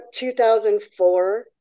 2004